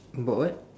about what